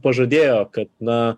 pažadėjo kad na